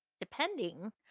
depending